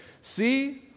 See